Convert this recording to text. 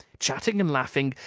chatting and laughing,